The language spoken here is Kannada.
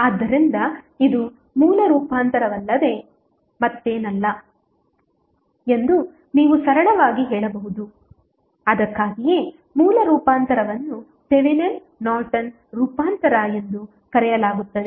ಆದ್ದರಿಂದ ಇದು ಮೂಲ ರೂಪಾಂತರವಲ್ಲದೆ ಮತ್ತೇನಲ್ಲ ಎಂದು ನೀವು ಸರಳವಾಗಿ ಹೇಳಬಹುದು ಅದಕ್ಕಾಗಿಯೇ ಮೂಲ ರೂಪಾಂತರವನ್ನು ಥೆವೆನಿನ್ ನಾರ್ಟನ್ ರೂಪಾಂತರ ಎಂದು ಕರೆಯಲಾಗುತ್ತದೆ